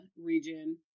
region